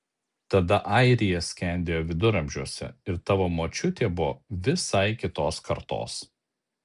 tada airija skendėjo viduramžiuose ir tavo močiutė buvo visai kitos kartos